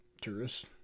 tourists